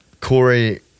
Corey